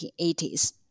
1980s